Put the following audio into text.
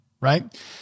right